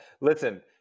Listen